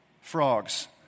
frogs